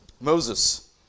Moses